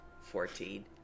Fourteen